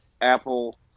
Apple